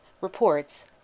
reports